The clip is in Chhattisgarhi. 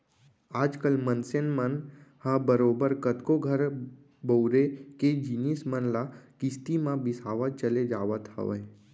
आज कल मनसे मन ह बरोबर कतको घर बउरे के जिनिस मन ल किस्ती म बिसावत चले जावत हवय